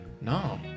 No